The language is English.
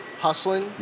hustling